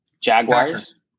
Jaguars